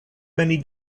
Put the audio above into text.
many